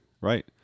right